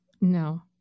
No